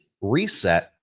reset